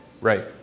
Right